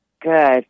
Good